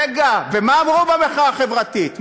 רגע, ומה אמרו במחאה החברתית?